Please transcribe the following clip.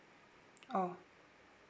oh